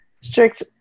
strict